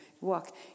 walk